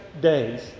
days